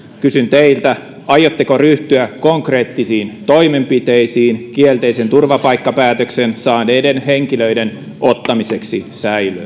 kysyn teiltä aiotteko ryhtyä konkreettisiin toimenpiteisiin kielteisen turvapaikkapäätöksen saaneiden henkilöiden ottamiseksi säilöön